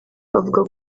bavuga